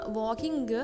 walking